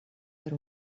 per